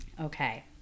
Okay